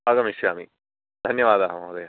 आगमिष्यामि धन्यवादाः महोदय